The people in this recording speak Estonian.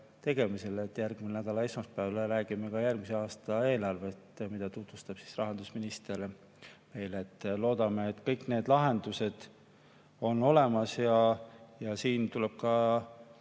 tegemisel. Järgmise nädala esmaspäeval räägime ka järgmise aasta eelarvest, mida tutvustab meile rahandusminister. Loodame, et kõik need lahendused on olemas. Ja siin tuleb ka